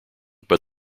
but